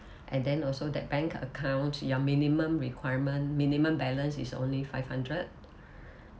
and then also that bank account your minimum requirement minimum balance is only five hundred